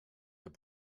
herr